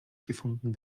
gefunden